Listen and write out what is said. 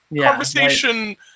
conversation